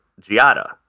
Giada